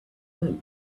them